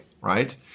right